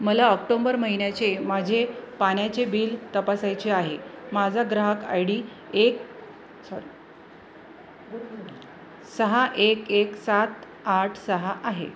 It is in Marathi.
मला ऑक्टोंबर महिन्याचे माझे पाण्याचे बिल तपासायचे आहे माझा ग्राहक आय डी एक सॉरी सहा एक एक सात आठ सहा आहे